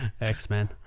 X-Men